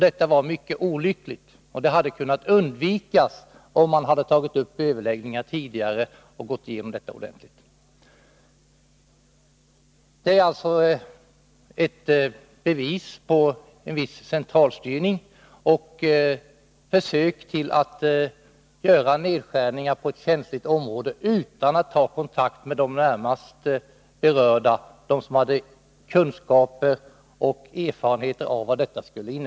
Det var mycket olyckligt och hade kunnat undvikas om överläggningar tidigare hade tagits upp. Detta är alltså ett bevis på en viss centralstyrning och ett försök att göra nedskärningar på ett känsligt område utan att ta kontakt med de närmast berörda, dvs. med dem som hade kunskaper om och erfarenheter av vilka följderna skulle bli.